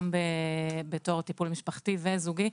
גם כטיפול משפחתי וזוגי,